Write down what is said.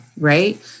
right